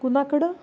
कुणाकडं